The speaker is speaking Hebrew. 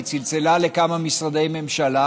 היא צלצלה לכמה משרדי ממשלה,